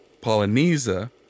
Polynesia